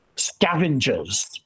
scavengers